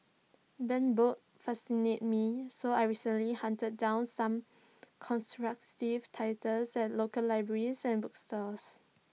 banned books fascinate me so I recently hunted down some ostracised titles at local libraries and bookstores